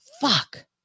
Fuck